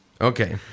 Okay